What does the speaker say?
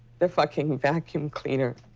the fucking vacuum cleaner.